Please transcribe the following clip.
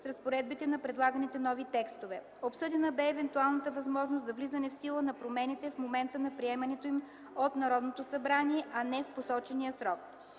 с разпоредбите на предлаганите нови текстове. Обсъдена бе евентуалната възможност за влизане в сила на промените в момента на приемането им от Народното събрание, а не в посочения срок.